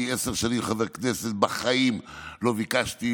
אני עשר שנים חבר כנסת ובחיים לא ביקשתי,